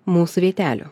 mūsų vietelių